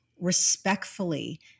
respectfully